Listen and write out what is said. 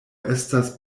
estas